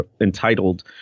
entitled